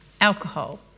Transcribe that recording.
alcohol